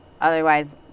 Otherwise